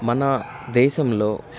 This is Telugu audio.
మన దేశంలో